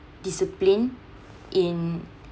disciplined in